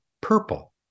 purple